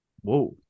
Whoa